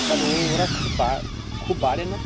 কারণ ও ওরা খুব বা খুব বাড়ে না